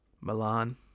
Milan